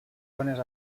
zones